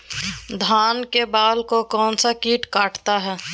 धान के बाल को कौन सा किट काटता है?